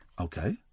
Okay